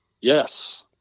Yes